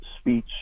speech